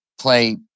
play